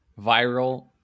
viral